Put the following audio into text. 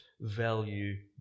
value